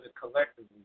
collectively